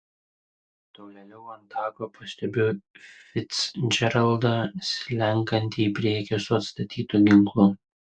tolėliau ant tako pastebiu ficdžeraldą slenkantį į priekį su atstatytu ginklu